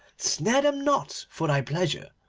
snare them not for thy pleasure.